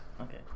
Okay